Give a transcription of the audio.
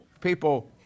people